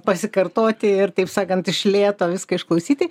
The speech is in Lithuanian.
pasikartoti ir taip sakant iš lėto viską išklausyti